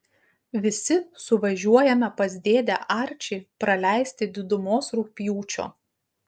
visi suvažiuojame pas dėdę arčį praleisti didumos rugpjūčio